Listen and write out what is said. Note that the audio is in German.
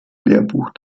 lehrbuch